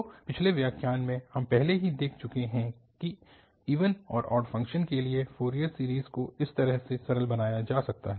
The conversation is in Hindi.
तो पिछले व्याख्यान में हम पहले ही देख चुके हैं कि इवन और ऑड फ़ंक्शन्स के लिए फ़ोरियर सीरीज़ को इस तरह से सरल बनाया जा सकता है